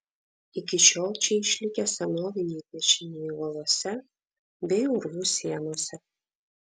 iki šiol čia išlikę senoviniai piešiniai uolose bei urvų sienose